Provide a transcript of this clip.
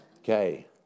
Okay